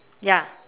ya